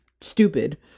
stupid